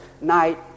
night